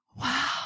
Wow